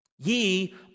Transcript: ye